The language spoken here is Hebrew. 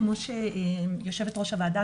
כמו יושבת ראש הוועדה,